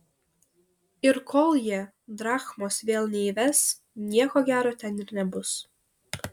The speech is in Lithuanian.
ir kol jie drachmos vėl neįves nieko gero ten ir nebus